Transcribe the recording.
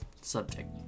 subject